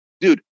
dude